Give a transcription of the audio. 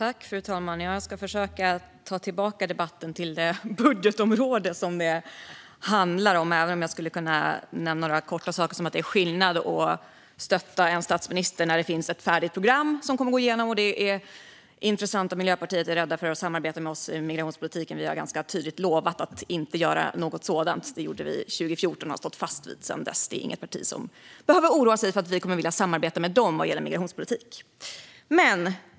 Fru talman! Jag ska försöka ta tillbaka debatten till det budgetområde som det handlar om, men först skulle jag vilja nämna ett par korta saker. För det första är det en annan sak att stötta en statsminister när det finns ett färdigt program som kommer att gå igenom. För det andra är det intressant att Miljöpartiet är rädda för att samarbeta med oss om migrationspolitiken. Vi har ganska tydligt lovat att inte göra något sådant. Det gjorde vi 2014, och det har vi stått fast vid sedan dess. Miljöpartiet är inget parti som behöver oroa sig för att vi kommer att vilja samarbeta med dem vad gäller migrationspolitik.